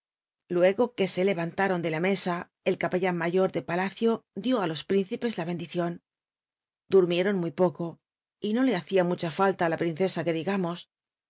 luego que c leranlaron de la mesa el capellan mayor de palacio dió a los príncipes la bendirion durmieron muy poco y no le hada mucha falla á la princesa que digamos